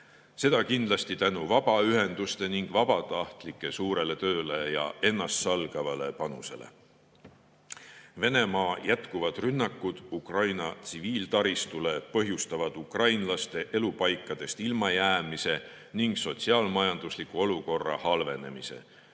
Seda kindlasti tänu vabaühenduste ning vabatahtlike suurele tööle ja ennastsalgavale panusele. Venemaa jätkuvad rünnakud Ukraina tsiviiltaristule põhjustavad ukrainlaste elupaikadest ilmajäämise ning sotsiaal-majandusliku olukorra halvenemise.